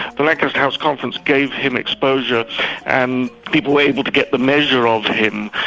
the lancaster house conference gave him exposure and people were able to get the measure of him.